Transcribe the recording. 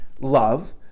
love